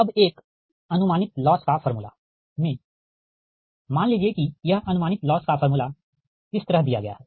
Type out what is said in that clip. अब एक अनुमानित लॉस का फ़ॉर्मूला में मान लीजिए कि यह अनुमानित लॉस का फ़ॉर्मूला इस तरह दिया गया है